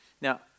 Now